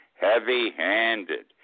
heavy-handed